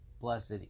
blessed